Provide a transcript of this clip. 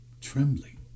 trembling